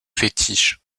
fétiche